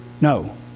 No